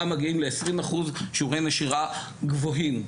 מגיעים ל-20% - שהם שיעורי נשירה גבוהים.